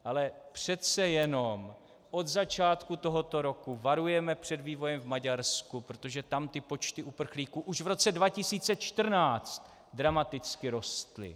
Ale přece jenom od začátku tohoto roku varujeme před vývojem v Maďarsku, protože tam počty uprchlíků už v roce 2014 dramaticky rostly.